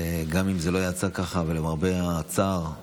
וגם אם זה לא יצא ככה, למרבה הצער,